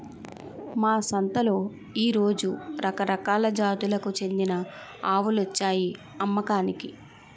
మా సంతలో ఈ రోజు రకరకాల జాతులకు చెందిన ఆవులొచ్చాయి అమ్మకానికి